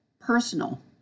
Personal